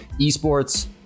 esports